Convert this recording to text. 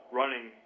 running